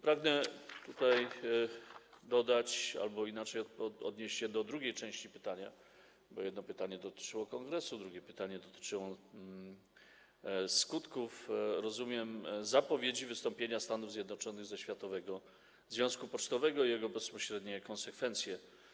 Pragnę tutaj dodać, albo inaczej, odnieść się do drugiej części pytania, bo jedno pytanie dotyczyło kongresu, drugie dotyczyło skutków, jak rozumiem, zapowiedzi wystąpienia Stanów Zjednoczonych ze Światowego Związku Pocztowego i bezpośrednich konsekwencji tego.